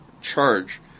charge